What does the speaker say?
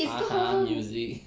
haha music